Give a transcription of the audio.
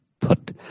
put